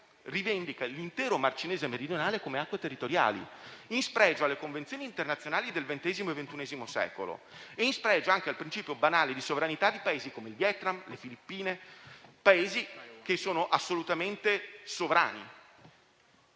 che rivendica l'intero Mar Cinese meridionale come acque territoriali, in spregio alle convenzioni internazionali del XX e XXI secolo, nonché in spregio al principio banale di sovranità di Paesi come il Vietnam e le Filippine, che sono assolutamente sovrani.